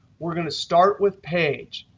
we're going to start with page.